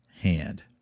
hand